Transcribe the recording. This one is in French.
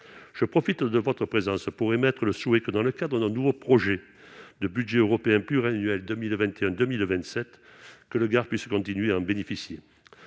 je profite de votre présence pour émettre le souhait que dans le cadre d'un nouveau projet de budget européen pur annuel 2021 2027 que le Gard puisse continuer à bénéficier,